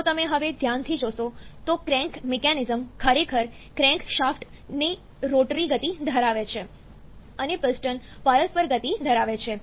જો તમે હવે ધ્યાનથી જોશો તો ક્રેન્ક મિકેનિઝમ ખરેખર ક્રેન્કશાફ્ટની રોટરી ગતિ ધરાવે છે અને પિસ્ટન પરસ્પર ગતિ ધરાવે છે